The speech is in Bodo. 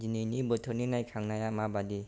दिनैनि बोथोरनि नायखांनाया माबादि